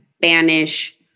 banish